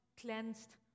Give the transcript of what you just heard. cleansed